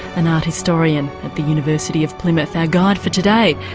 an art historian at the university of plymouth, our guide for today.